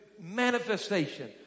Manifestation